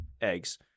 eggs